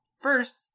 First